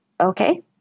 okay